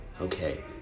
Okay